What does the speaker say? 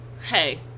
Hey